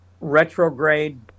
retrograde